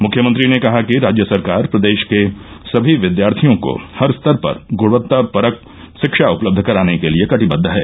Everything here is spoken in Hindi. मुख्यमंत्री ने कहा कि राज्य सरकार प्रदेश के समी विद्यार्थियों को हर स्तर पर गुणवत्तापरक शिक्षा उपलब्ध कराने के लिये कटिबद्द है